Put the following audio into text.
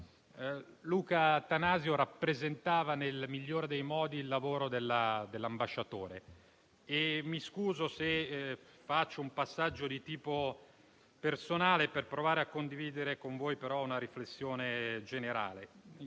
Luca Attanasio rappresentava nel migliore dei modi il lavoro dell'ambasciatore. Mi scuso se faccio un passaggio di natura personale, per provare però a condividere con voi, colleghi, una riflessione generale.